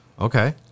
Okay